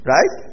Right